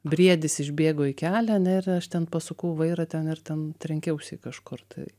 briedis išbėgo į kelią ane ir aš ten pasukau vairą ten ir ten trenkiausi į kažkur tai